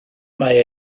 mae